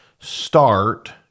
start